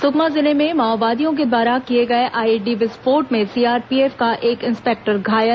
सुकमा जिले में माओवादियों द्वारा किए गए आईईडी विस्फोट में सीआरपीएफ का एक इंस्पेक्टर घायल